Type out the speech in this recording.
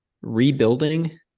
Rebuilding